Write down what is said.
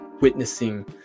witnessing